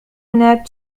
هناك